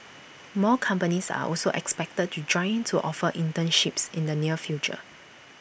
more companies are also expected to join in to offer internships in the near future